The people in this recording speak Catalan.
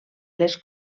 les